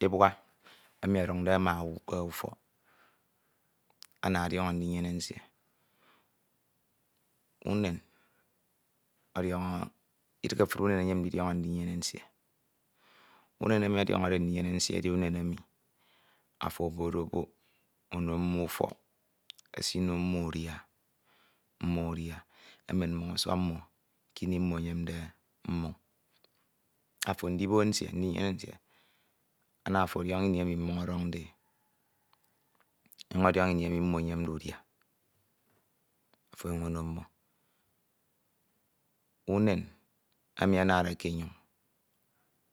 Kbua emi ọduñde ma owu k’ufok ana ọdiọñọ ndinyene nsie. Unen ọdiọñọ, idighe efuri unen enyem ndidiọñọ ndiñyene nsie. Unen emi enyemde ndidiọñọ ndinyene nsie edi unem, eni ato obokdebok, unode mmo ufọk, esinode mmo udia, mmo adia, emen mmoñ ọsọk mmo kiñi mmo enyemde mmoñ, afo and ibok nsie, ndiñyene nsie, ana ọdiọñọ ini emi mmoñ ọdọñde e ọnyuñ ọdiọnọ in emi mono enyemde udia afo ọnyiñ ono mmo. Unen emi anade ke enyoñ